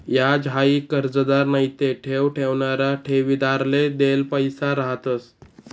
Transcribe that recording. याज हाई कर्जदार नैते ठेव ठेवणारा ठेवीदारले देल पैसा रहातंस